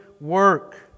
work